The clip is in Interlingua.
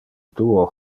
duo